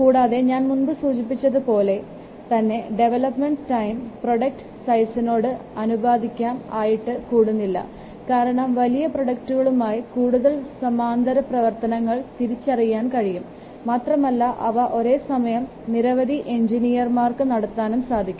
കൂടാതെ ഞാൻ മുമ്പ് സൂചിപ്പിച്ച പോലെ തന്നെ ഡെവലപ്മെൻറ് ടൈം പ്രോഡക്റ്റ് സൈസിനോട് അനുപാതികം ആയിട്ട് കൂടുന്നില്ല കാരണം വലിയ പ്രൊഡകറ്റുകൾക്കായി കൂടുതൽ സമാന്തര പ്രവർത്തനങ്ങൾ തിരിച്ചറിയാൻ കഴിയും മാത്രമല്ല അവ ഒരേസമയം നിരവധി എഞ്ചിനീയർമാർക്ക് നടത്താനും സാധിക്കും